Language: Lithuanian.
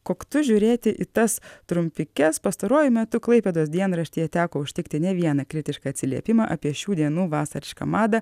koktu žiūrėti į tas trumpikes pastaruoju metu klaipėdos dienraštyje teko užtikti ne vieną kritišką atsiliepimą apie šių dienų vasarišką madą